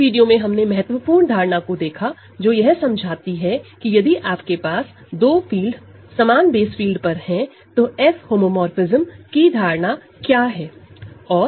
इस वीडियो में हमने महत्वपूर्ण धारणा को देखा जो यह समझाती है कि यदि आपके पास दो फील्ड समान बेसफील्ड पर हैं तो F होमोमोरफ़िज्म की धारणा क्या है